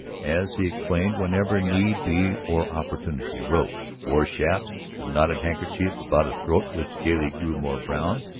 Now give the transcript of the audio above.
as he explained whenever need be or opportunity arose, wore chaps, a knotted handkerchief about a throat which daily grew more brown,